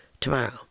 Tomorrow